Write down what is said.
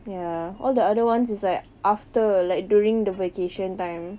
ya all the other ones is like after like during the vacation time